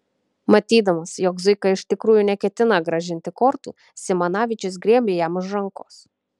matydamas jog zuika iš tikrųjų neketina grąžinti kortų simanavičius griebė jam už rankos